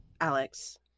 alex